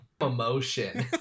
emotion